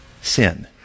sin